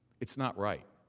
it is not right.